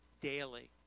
daily